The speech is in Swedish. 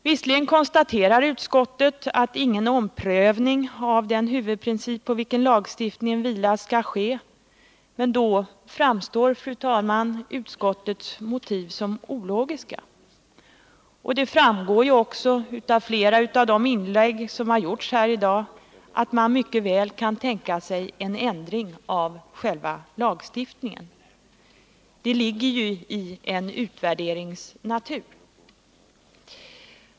Visserligen konstaterar utskottet att ingen omprövning av den huvudprincip på vilken lagstiftningen vilar skall ske, men då framstår, fru talman, utskottets motiv som ologiska. Det framgår också av flera av de inlägg som har gjorts här i dag att man mycket väl kan tänka sig en ändring av själva lagstiftningen. Det ligger ju i en utvärderings natur.